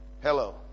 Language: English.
Hello